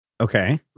Okay